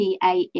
PAE